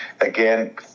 Again